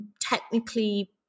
technically